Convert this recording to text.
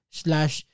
slash